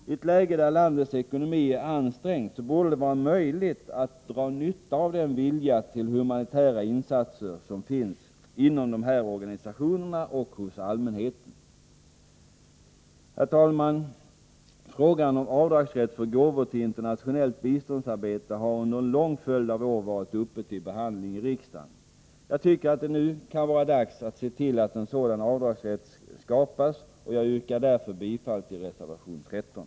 I ett läge där landets ekonomi är ansträngd borde det vara möjligt att dra nytta av den vilja till humanitära insatser som finns inom dessa organisationer och hos allmänheten. Herr talman! Frågan om rätt till avdrag för gåvor till internationellt biståndsarbete har under en lång följd av år varit uppe till behandling i riksdagen. Jag tycker att det nu kan vara dags att se till att en sådan avdragsrätt skapas, och jag yrkar därför bifall till reservation 13.